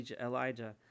Elijah